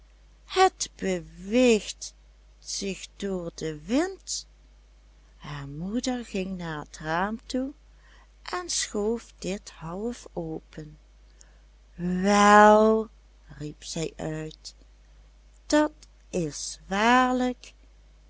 het beweegt zich door den wind haar moeder ging naar het raam toe en schoof dit half open wel riep zij uit dat is